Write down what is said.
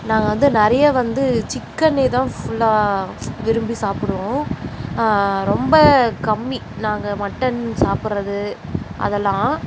நாங்கள் வந்து நிறைய வந்து சிக்கனே தான் ஃபுல்லாக விரும்பி சாப்பிடுவோம் ரொம்ப கம்மி நாங்கள் மட்டன் சாப்பிட்றது அதெல்லாம்